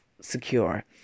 secure